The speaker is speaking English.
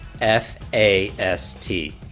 F-A-S-T